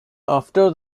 after